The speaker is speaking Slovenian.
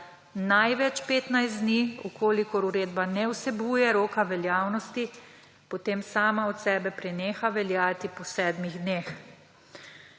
največ 15 dni. Če uredba ne vsebuje roka veljavnosti, potem sama od sebe preneha veljati po sedmih dneh.